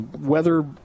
weather